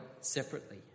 separately